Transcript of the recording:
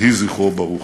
יהי זכרו ברוך.